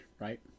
Right